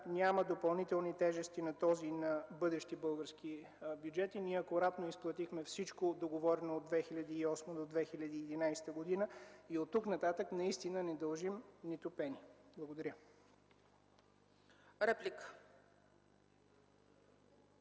няма допълнителни тежести на този и на бъдещи български бюджети, ние акуратно изплатихме всичко, договорено от 2008 до 2011 г. и оттук нататък наистина не дължим нито пени. Благодаря.